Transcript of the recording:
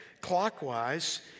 clockwise